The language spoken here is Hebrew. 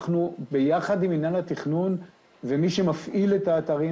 יחד עם מינהל התכנון ומי שמפעיל את האתרים